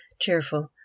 cheerful